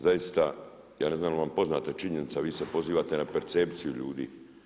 Zaista, ja ne znam da li vam je poznata činjenica, vi se pozivate na percepciju ljudi.